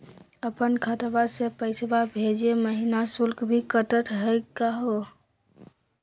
अपन खतवा से पैसवा भेजै महिना शुल्क भी कटतही का हो?